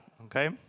Okay